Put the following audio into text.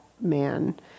man